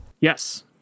Yes